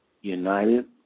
united